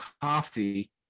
coffee